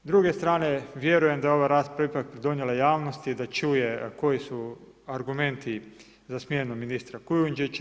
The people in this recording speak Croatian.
S druge strane vjerujem da je ova rasprava ipak donijela javnosti da čuje koji su argumenti za smjenu ministra Kujundžića.